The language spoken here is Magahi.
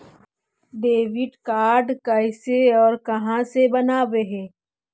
डेबिट कार्ड कैसे और कहां से बनाबे है?